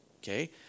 Okay